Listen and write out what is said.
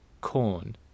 corn